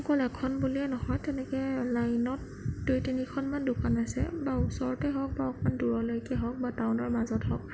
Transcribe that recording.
অকল এখন বুলিয়েই নহয় তেনেকৈ লাইনত দুই তিনিখনমান দোকান আছে বা ওচৰতে হওক বা অকণমান দূৰলৈকে হওক বা টাউনৰ মাজত হওক